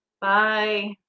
bye